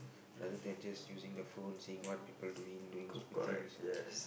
rather than just using the phone seeing what people doing doing stupid things